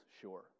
sure